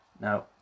Now